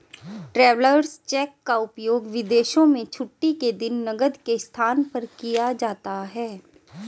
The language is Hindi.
ट्रैवेलर्स चेक का उपयोग विदेशों में छुट्टी के दिन नकद के स्थान पर किया जाता है